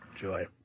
Joy